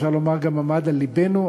אפשר לומר גם עמד על לבנו,